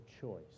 choice